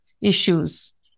issues